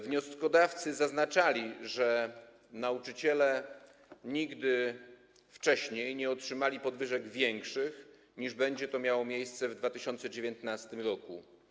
Wnioskodawcy zaznaczali, że nauczyciele nigdy wcześniej nie otrzymali podwyżek większych, niż będzie to miało miejsce w 2019 r.